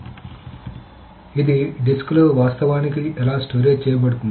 కాబట్టి ఇది డిస్క్లో వాస్తవానికి ఎలా స్టోరేజ్ చేయబడుతుంది